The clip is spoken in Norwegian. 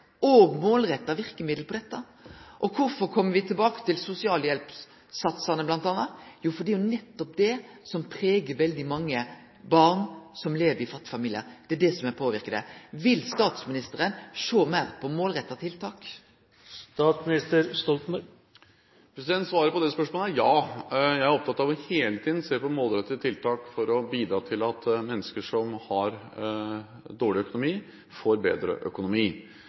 og sterke nok målretta verkemiddel for dette? Og kvifor kjem vi bl.a. attende til sosialhjelpssatsane? Jo, fordi det er nettopp det som pregar veldig mange barn som lever i fattige familiar, det er det som påverkar dei. Vil statsministeren sjå meir på målretta tiltak? Svaret på det spørsmålet er ja. Jeg er opptatt av hele tiden å se på målrettede tiltak for å bidra til at mennesker som har dårlig økonomi, får bedre økonomi.